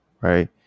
right